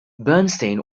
bernstein